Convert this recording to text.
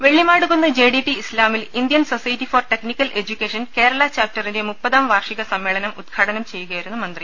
വെള്ളി മാടു കുന്ന് J D T ഇസ്ലാമിൽ Indian Society for Technical Education Kerala ചാപ്റ്ററിന്റെ മുപ്പതാം വാർഷിക സമ്മേളനം ഉദ്ഘാടനം ചെയ്യുകയായിരുന്നു മന്ത്രി